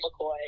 McCoy